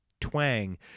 twang